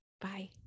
Bye